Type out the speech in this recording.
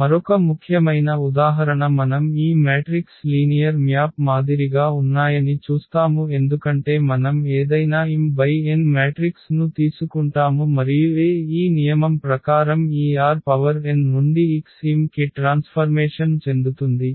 మరొక ముఖ్యమైన ఉదాహరణ మనం ఈ మ్యాట్రిక్స్ లీనియర్ మ్యాప్ మాదిరిగా ఉన్నాయని చూస్తాము ఎందుకంటే మనం ఏదైనా m × n మ్యాట్రిక్స్ ను తీసుకుంటాము మరియు A ఈ నియమం ప్రకారం ఈ Rn నుండి X m కి ట్రాన్స్ఫర్మేషన్ చెందుతుంది